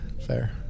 Fair